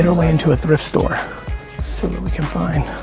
and way into a thrift store so that we can find